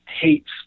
hates